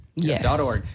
Yes